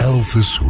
Elvis